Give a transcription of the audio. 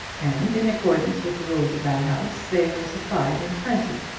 and, in accordance with the rules of that house, they were supplied in plenty,